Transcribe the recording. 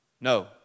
No